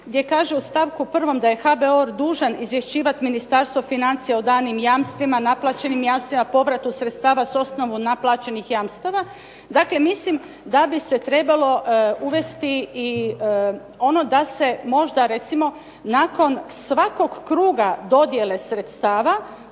gdje kaže u stavku 1. da je HBOR dužan izvješćivat Ministarstvo financija o danim jamstvima, naplaćenim jamstvima, povratu sredstava s osnovu naplaćenih jamstava. Dakle, mislim da bi se trebalo uvesti i ono da se možda recimo nakon svakog kruga dodjele sredstava